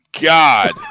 God